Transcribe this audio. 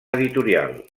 editorial